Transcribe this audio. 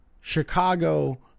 Chicago